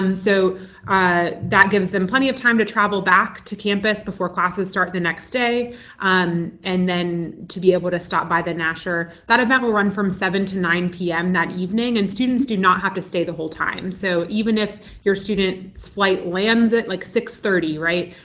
um so ah that gives them plenty of time to travel back to campus before classes start the next day and then to be able to stop by the nasher. that event will run from seven to nine p m. that evening, and students do not have to stay the whole time, so even if your student's flight lands at like six thirty, right,